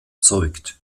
zeugt